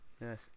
Yes